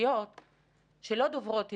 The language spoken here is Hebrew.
האוכלוסיות שלא דוברות עברית?